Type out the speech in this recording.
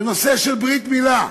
בנושא של ברית-מילה.